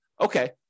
okay